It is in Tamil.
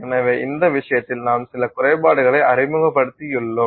எனவே இந்த விஷயத்தில் நாம் சில குறைபாடுகளை அறிமுகப்படுத்தியுள்ளோம்